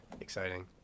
exciting